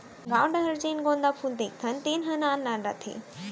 गॉंव डहर जेन गोंदा फूल देखथन तेन ह नान नान रथे